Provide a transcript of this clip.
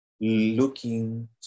looking